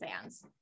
fans